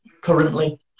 Currently